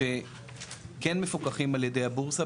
שכן מפוקחים על ידי הבורסה,